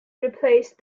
replaced